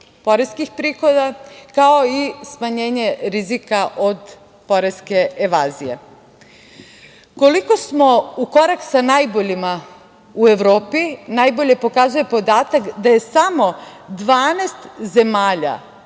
kao i smanjenje rizika od poreske evazije. Koliko smo u korak sa najboljima u Evropi najbolje pokazuje podatak da je samo 12 zemalja